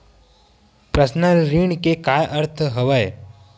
Personal ऋण के का अर्थ हवय?